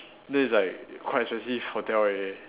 then it's like quite expensive hotel already